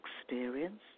experience